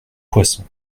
poisson